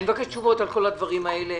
אני מבקש תשובות על כל הדברים האלה.